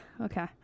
okay